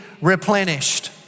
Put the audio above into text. replenished